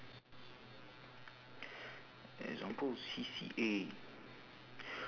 example C_C_A